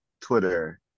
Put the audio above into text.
Twitter